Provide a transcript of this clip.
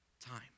time